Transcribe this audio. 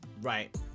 Right